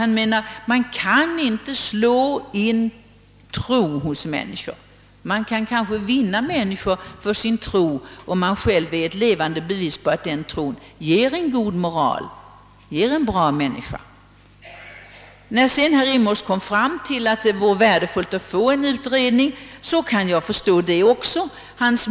Han menade att man inte kan slå in tro i människor. Man kan kanske vinna människor för sin tro, om man själv är ett levande bevis på att den tron ger en god moral och en bra människa. Att herr Rimås sedan kom fram till att det vore värdefullt att få en sådan utredning kan jag också förstå.